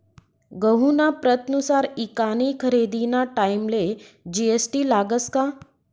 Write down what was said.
गहूना प्रतनुसार ईकानी खरेदीना टाईमले जी.एस.टी लागस का?